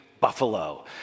buffalo